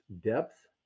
depth